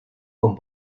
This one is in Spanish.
con